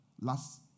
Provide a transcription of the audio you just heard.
last